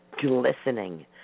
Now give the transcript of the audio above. glistening